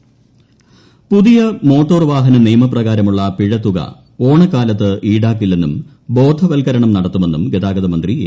മോട്ടോർവാഹനനിയമം പുതിയ മോട്ടോർവാഹനനിയമ പ്രകാരമുള്ള പിഴത്തുക ഓണക്കാലത്ത് ഈടാക്കില്ലെന്നും ബോധവത്കരണം നടത്തുമെന്നും ഗതാഗത മന്ത്രി എ